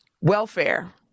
welfare